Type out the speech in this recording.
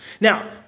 Now